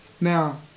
Now